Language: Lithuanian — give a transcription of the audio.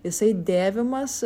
jisai dėvimas